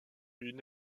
une